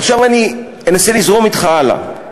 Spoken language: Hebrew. עכשיו אני אנסה לזרום אתך הלאה.